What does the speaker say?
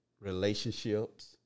relationships